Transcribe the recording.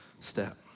step